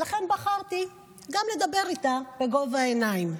ולכן בחרתי גם לדבר איתה בגובה העיניים.